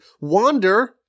wander